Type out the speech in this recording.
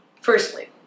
Firstly